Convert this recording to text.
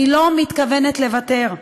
אני לא מתכוונת לוותר.